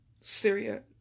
syria